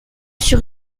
sur